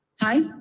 Hi